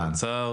לא יקבלו הרשאה.